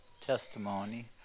testimony